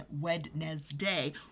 Wednesday